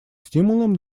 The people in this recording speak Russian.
стимулом